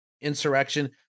Insurrection